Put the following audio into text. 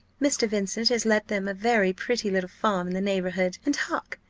mr. vincent has let them a very pretty little farm in the neighbourhood, and hark!